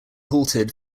halted